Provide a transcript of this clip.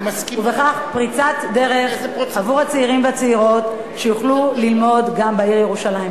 ובכך פריצת דרך עבור הצעירים והצעירות שיוכלו ללמוד גם בעיר ירושלים.